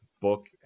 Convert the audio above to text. book